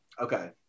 Okay